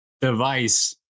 device